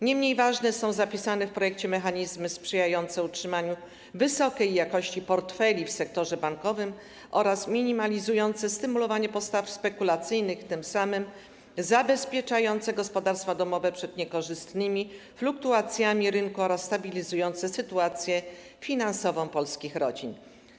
Nie mniej ważne są zapisane w projekcie mechanizmy sprzyjające utrzymaniu wysokiej jakości portfeli kredytowych w sektorze bankowym oraz mechanizm minimalizujący stymulowanie postaw spekulacyjnych, zabezpieczające gospodarstwa domowe przed niekorzystnymi fluktuacjami rynku oraz stabilizujące sytuację finansową polskich rodzin.